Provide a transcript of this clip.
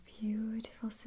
beautiful